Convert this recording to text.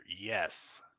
yes